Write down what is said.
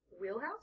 Wheelhouse